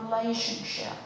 relationship